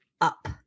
up